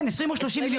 כן, 20 או 30 מיליון.